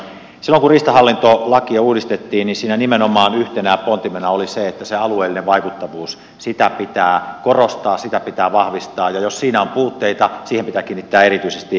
silloin kun riistahallintolakia uudistettiin niin siinä nimenomaan yhtenä pontimena oli se että alueellista vaikuttavuutta pitää korostaa sitä pitää vahvistaa ja jos siinä on puutteita siihen pitää kiinnittää erityisesti huomiota